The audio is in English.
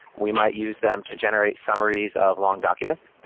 we might use them to generate summaries of long documents,